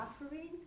suffering